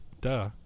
duh